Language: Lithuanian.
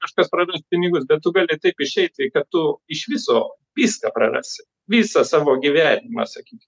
kažkas praras pinigus bet tu gali taip išeiti kad tu iš viso viską prarasi visą savo gyvenimą sakykim